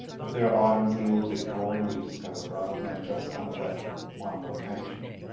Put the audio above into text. that there are items that are a little bit broadly discovered rather than just under that one location.